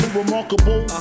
remarkable